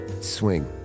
swing